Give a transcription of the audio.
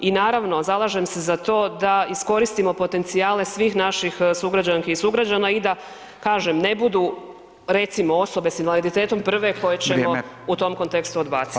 I naravno zalažem se za to da iskoristimo potencijale svih naših sugrađanki i sugrađana i da kažem ne budu recimo osobe s invaliditetom prve koje ćemo u tom kontekstu odbaciti.